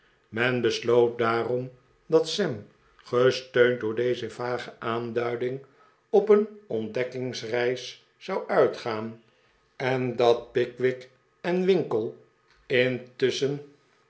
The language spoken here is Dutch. men besloot daarop dat sam gesteund door deze vage aanduiding op een ontdekkingsreis zou uitgaan en dat pickwick en winkle